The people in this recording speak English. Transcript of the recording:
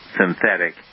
synthetic